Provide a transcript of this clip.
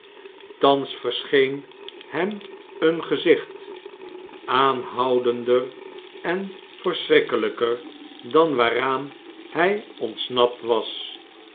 thans verscheen hem een gezicht aanhoudender en verschrikkelijker dan waaraan hij ontsnapt was